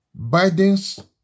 Biden's